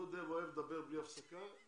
דובדב אוהב לדבר בלי הפסקה,